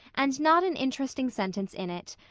and not an interesting sentence in it.